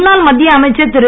முன்னாள் மத்திய அமைச்சர் திரு